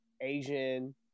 Asian